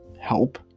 help